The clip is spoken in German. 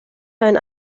einen